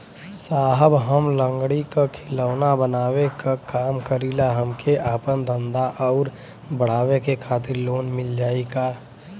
साहब हम लंगड़ी क खिलौना बनावे क काम करी ला हमके आपन धंधा अउर बढ़ावे के खातिर लोन मिल जाई का?